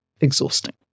exhausting